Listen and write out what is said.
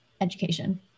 education